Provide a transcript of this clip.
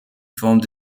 formed